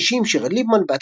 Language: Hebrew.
עניין אישי עם שירה ליבמן,